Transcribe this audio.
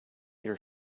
your